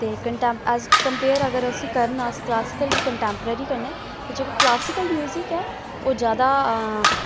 ते घंटा अस कम्पेयर अगर उसी करन अस क्लासीकल गी कन्टैम्पररी कन्नै ते जेहड़ा क्लासीकल म्यूजिक ऐ ओह् ज्यादा